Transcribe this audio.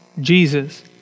Jesus